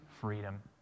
freedom